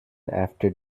after